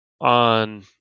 on